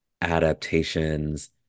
adaptations